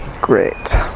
great